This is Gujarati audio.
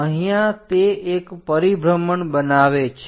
અહીંયા તે એક પરિભ્રમણ બનાવે છે